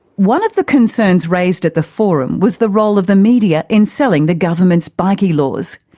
one of the concerns raised at the forum was the role of the media in selling the government's bikie laws.